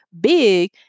big